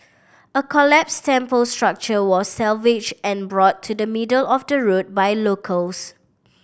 a collapsed temple structure was salvaged and brought to the middle of the road by locals